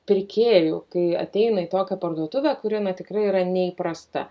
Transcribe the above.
pirkėjų kai ateina į tokią parduotuvę kuri tikrai yra neįprasta